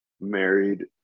married